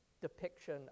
depiction